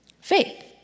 faith